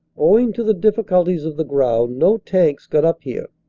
owing to the difficulties of the ground, no tanks got up here,